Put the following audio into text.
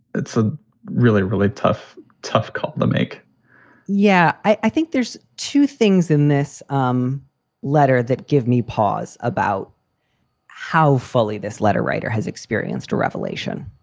it's a really, really tough, tough call to make yeah, i think there's two things in this um letter that give me pause about how fully this letter writer has experienced a revelation.